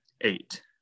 eight